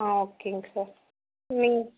ஆ ஓகேங்க சார் நீங்க